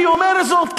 אני אומר זאת,